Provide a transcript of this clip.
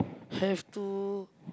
have to